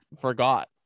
forgot